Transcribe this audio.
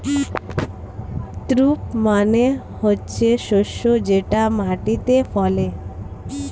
crop মানে হচ্ছে শস্য যেটা মাটিতে ফলে